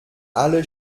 alle